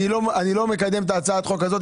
לא מקדם את הצעת החוק הזו.